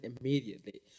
immediately